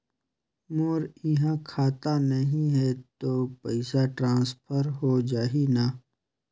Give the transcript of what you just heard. मोर इहां खाता नहीं है तो पइसा ट्रांसफर हो जाही न?